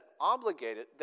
obligated